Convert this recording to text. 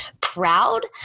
proud